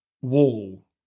wall